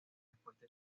respuesta